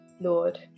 lord